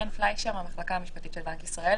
חן פליישר מהמחלקה המשפטית של בנק ישראל.